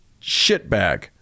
shitbag